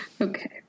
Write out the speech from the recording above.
Okay